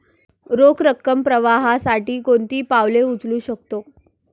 रोख रकम प्रवाहासाठी कोणती पावले उचलू शकतो?